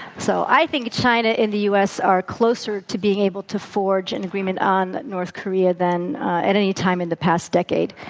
so i think china and the u. s. are closer to being able to forge an agreement on north korea than at any time in the past decade.